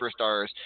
superstars